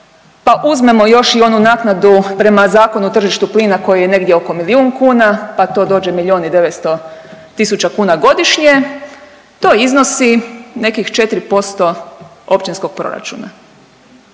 pa uzmemo još i onu naknadu prema Zakonu o tržištu plina koji je negdje oko milijun kuna, pa to dođe milijun i 900.000 godišnje to iznosi nekih 4% općinskog proračuna.